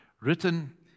Written